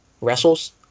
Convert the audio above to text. wrestles